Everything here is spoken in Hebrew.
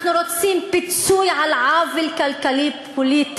אנחנו רוצים פיצוי על עוול כלכלי-פוליטי